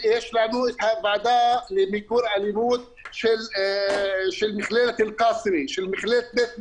יש לנו הוועדה למיגור האלימות של מכללת בית ברל,